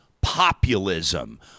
populism